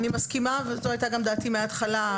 אני מסכימה וזו הייתה גם דעתי מהתחלה,